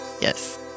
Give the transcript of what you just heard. Yes